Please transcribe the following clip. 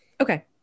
Okay